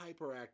hyperactive